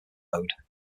load